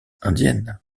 indienne